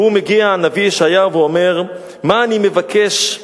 הנביא ישעיהו אומר, מה אני מבקש: